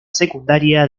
secundaria